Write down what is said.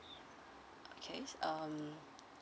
okay um